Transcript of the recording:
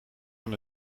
van